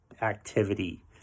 activity